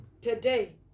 today